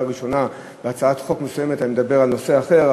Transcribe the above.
ראשונה בהצעת חוק מסוימת אני מדבר על נושא אחר,